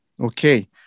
Okay